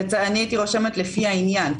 הייתי רושמת: לפי העניין,